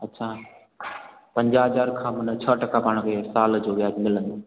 अच्छा पंजाह हज़ार खां मतिलबु छह टका पाण खे साल जो व्याजु मिलंदो